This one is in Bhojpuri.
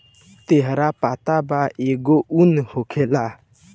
तोहरा पता बा एगो उन होखेला